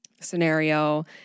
scenario